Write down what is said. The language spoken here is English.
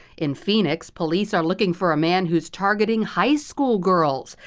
in phoenix, police are looking for a man who is targeting high school girls.